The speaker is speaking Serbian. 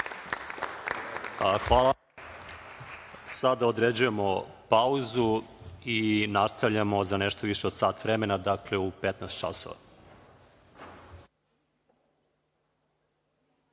Hvala. Sada određujem pauzu i nastavljamo za nešto od više sat vremena, dakle, u 15.00